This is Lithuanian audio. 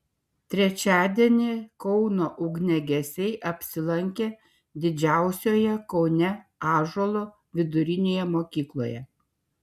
trečiadienį kauno ugniagesiai apsilankė didžiausioje kaune ąžuolo vidurinėje mokykloje